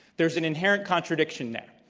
there's an inherent contradiction there,